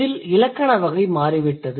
இதில் இலக்கண வகை மாறிவிட்டது